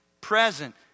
present